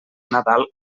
nadal